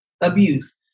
abuse